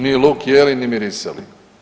Ni luk jeli ni mirisali.